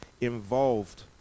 involved